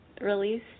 release